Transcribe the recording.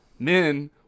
Men